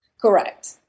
Correct